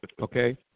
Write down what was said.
Okay